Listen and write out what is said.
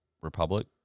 Republic